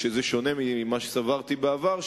שזה שונה ממה שסברתי בעבר,